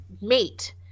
mate